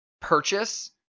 purchase